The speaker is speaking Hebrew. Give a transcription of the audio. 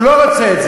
שהוא לא רוצה אותה,